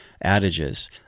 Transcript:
adages